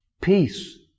peace